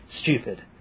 stupid